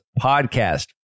podcast